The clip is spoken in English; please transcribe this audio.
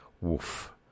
woof